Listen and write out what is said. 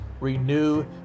renew